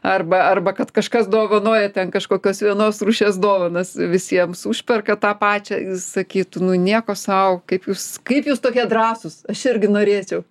arba arba kad kažkas dovanoja ten kažkokios vienos rūšies dovanas visiems užperka tą pačią sakytų nu nieko sau kaip jūs kaip jūs tokie drąsūs aš irgi norėčiau